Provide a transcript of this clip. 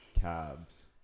Cabs